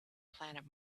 planet